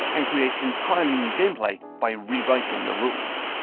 and create entirely new gameplay by rewriting the rules.